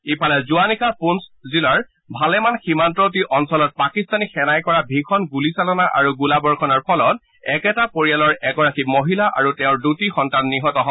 ইফালে যোৱানিশা পুঞ্জ জিলাৰ ভালেমান সীমান্তৱৰ্তী অঞ্চলত পাকিস্তানী সেনাই কৰা ভীষণ গুলীচালনা আৰু গোলাবৰ্যণৰ ফলত একেটা পৰিয়ালৰ এগৰাকী মহিলা আৰু তেওঁৰ দুটি সন্তান নিহত হয়